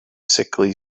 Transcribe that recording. sickly